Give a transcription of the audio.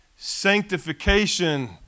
sanctification